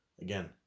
again